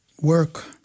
work